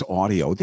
audio